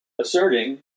asserting